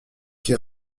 qui